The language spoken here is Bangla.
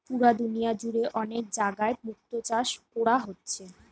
পুরা দুনিয়া জুড়ে অনেক জাগায় মুক্তো চাষ কোরা হচ্ছে